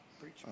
Preach